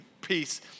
peace